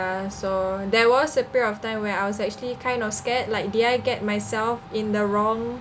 so there was a period of time where I was actually kind of scared like did I get myself in the wrong